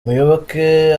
muyoboke